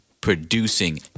producing